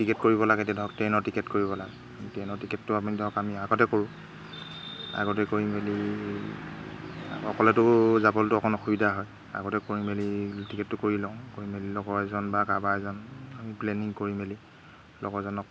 ticket কৰিব লাগে এতিয়া ধৰক ট্ৰেইনৰ টিকেট কৰিব লাগে ট্ৰেইনৰ টিকেটটো আপুনি ধৰক আমি আগতে কৰোঁ আগতে কৰি মেলি অকলেতো যাবলৈতো অকণ অসুবিধা হয় আগতে কৰি মেলি টিকেটটো কৰি লওঁ কৰি মেলি লগৰ এজন বা কাৰোবাৰ এজন আমি প্লেনিং কৰি মেলি লগৰজনক